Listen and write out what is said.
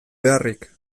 beharrik